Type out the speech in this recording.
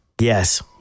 Yes